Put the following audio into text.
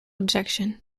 objection